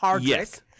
Yes